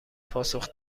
پاسخ